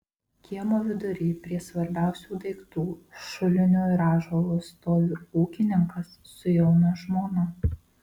kiemo vidury prie svarbiausių daiktų šulinio ir ąžuolo stovi ūkininkas su jauna žmona